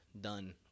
done